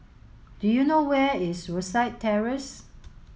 do you know where is Rosyth Terrace